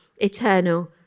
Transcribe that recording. eternal